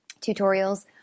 tutorials